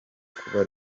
kuba